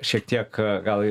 šiek tiek gal